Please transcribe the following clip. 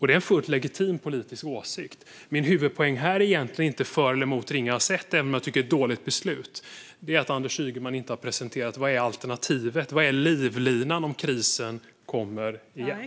Det är en fullt legitim politisk åsikt. Min huvudpoäng här är egentligen inte för eller emot Ringhals 1, även om jag tycker att det är ett dåligt beslut, utan det är att Anders Ygeman inte har presenterat vad alternativet och vad livlinan är om krisen kommer igen.